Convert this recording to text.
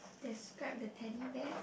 describe the Teddy Bear